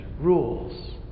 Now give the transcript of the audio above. rules